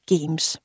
Games